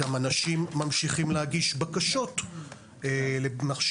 גם אנשים ממשיכים להגיש בקשות למכשירים,